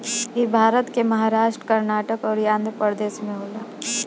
इ भारत के महाराष्ट्र, कर्नाटक अउरी आँध्रप्रदेश में होला